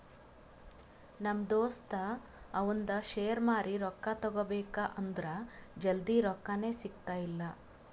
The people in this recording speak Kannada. ನಮ್ ದೋಸ್ತ ಅವಂದ್ ಶೇರ್ ಮಾರಿ ರೊಕ್ಕಾ ತಗೋಬೇಕ್ ಅಂದುರ್ ಜಲ್ದಿ ರೊಕ್ಕಾನೇ ಸಿಗ್ತಾಯಿಲ್ಲ